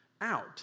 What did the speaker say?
out